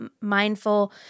mindful